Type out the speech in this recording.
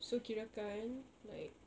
so kirakan like